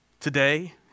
Today